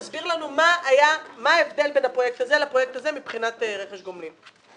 תסביר לנו מה ההבדל בין הפרויקט הזה לפרויקט הזה מבחינת רכש גומלין?